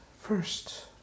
first